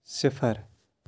صِفر